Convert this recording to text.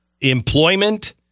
employment